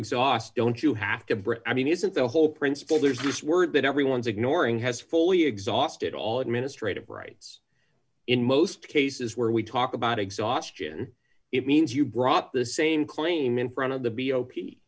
exhaust don't you have to bring i mean isn't the whole principle there's just word that everyone's ignoring has fully exhausted all administrative rights in most cases where we talk about exhaustion it means you brought the same claim in front of the b o p